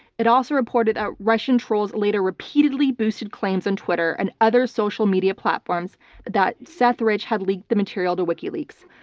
it also reported out russian trolls later repeatedly boosted claims on twitter and other social media platforms that seth rich had leaked the material to wikileaks.